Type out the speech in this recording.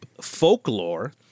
folklore